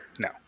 No